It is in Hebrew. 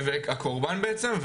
הקורבן בעצם.